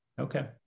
okay